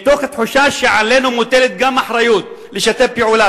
מתוך תחושה שגם עלינו מוטלת אחריות לשתף פעולה